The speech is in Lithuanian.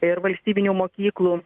ir valstybinių mokyklų